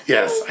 Yes